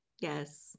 yes